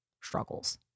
struggles